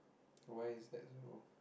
why is that so